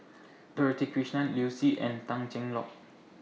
Dorothy Krishnan Liu Si and Tan Cheng Lock